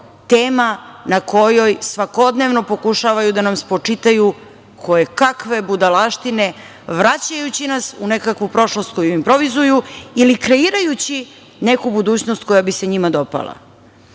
tema na kojoj svakodnevno pokušavaju da na spočitavaju koje kakve budalaštine, vraćajući nas u nekakvu prošlost koju improvizuju ili kreirajući neku budućnost koja bi se njima dopala.